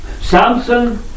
Samson